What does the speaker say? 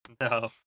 No